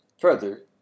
Further